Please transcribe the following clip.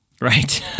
Right